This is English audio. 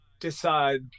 decide